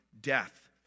death